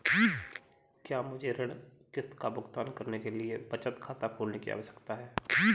क्या मुझे ऋण किश्त का भुगतान करने के लिए बचत खाता खोलने की आवश्यकता है?